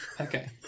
Okay